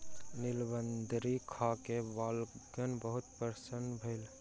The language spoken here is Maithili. नीलबदरी खा के बालकगण बहुत प्रसन्न भेल